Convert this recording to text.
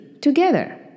together